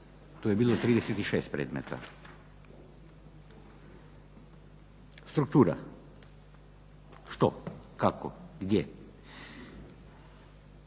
Tu je bilo 36 predmeta. Struktura. Što, kako, gdje?